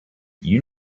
you